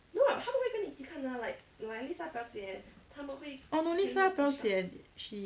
orh no lisa 表姐 she